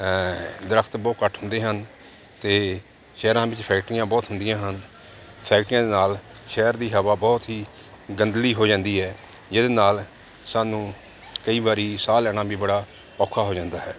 ਦਰਖਤ ਬਹੁਤ ਘੱਟ ਹੁੰਦੇ ਹਨ ਅਤੇ ਸ਼ਹਿਰਾਂ ਵਿੱਚ ਫੈਕਟਰੀਆਂ ਬਹੁਤ ਹੁੰਦੀਆਂ ਹਨ ਫੈਕਟਰੀਆਂ ਦੇ ਨਾਲ ਸ਼ਹਿਰ ਦੀ ਹਵਾ ਬਹੁਤ ਹੀ ਗੰਦਲੀ ਹੋ ਜਾਂਦੀ ਹੈ ਜਿਹਦੇ ਨਾਲ ਸਾਨੂੰ ਕਈ ਵਾਰੀ ਸਾਹ ਲੈਣਾ ਵੀ ਬੜਾ ਔਖਾ ਹੋ ਜਾਂਦਾ ਹੈ